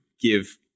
give